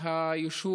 לקהילת הלהט"ב